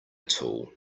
tool